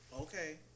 Okay